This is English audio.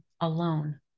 alone